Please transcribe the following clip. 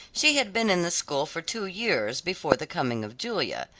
she had been in the school for two years before the coming of julia,